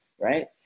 right